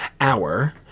Hour